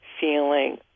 feeling